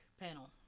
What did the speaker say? panel